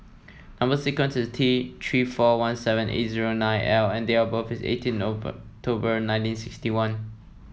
number sequence is T Three four one seven eight zero nine L and date of birth is eighteen nineteen sixty one